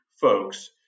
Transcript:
folks